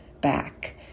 back